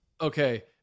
Okay